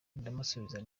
ndamusubiza